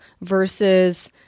versus